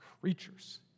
creatures